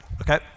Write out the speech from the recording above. okay